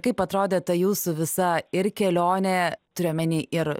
kaip atrodė ta jūsų visa ir kelionė turiu omeny ir